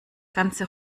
ganze